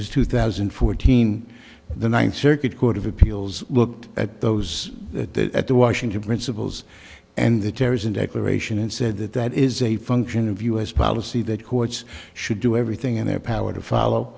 was two thousand and fourteen the ninth circuit court of appeals looked at those at the washington principles and the terrorism declaration and said that that is a function of u s policy that courts should do everything in their power to follow